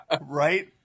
Right